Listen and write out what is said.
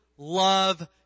Love